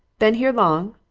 been here long?